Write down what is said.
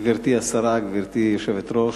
גברתי היושבת-ראש,